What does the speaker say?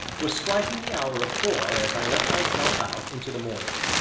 was striking the hour of four as i let myself out into the morning.